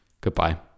Goodbye